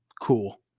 cool